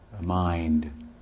mind